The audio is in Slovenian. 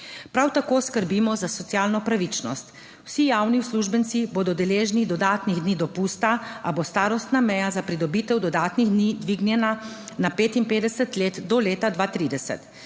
Prav tako skrbimo za socialno pravičnost. Vsi javni uslužbenci bodo deležni dodatnih dni dopusta, a bo starostna meja za pridobitev dodatnih dni dvignjena na 55 let do leta 2030.